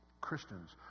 Christians